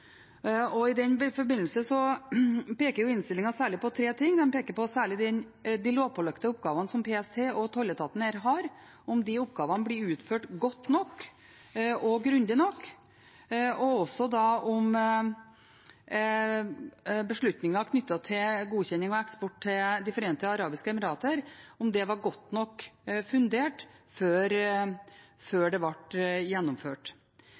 I den forbindelse peker innstillingen særlig på tre ting. Den peker særlig på de lovpålagte oppgavene som PST og tolletaten her har, om de oppgavene blir utført godt nok og grundig nok, og også om beslutningen knyttet til godkjenning av eksport til De forente arabiske emirater var godt nok fundert før det ble gjennomført.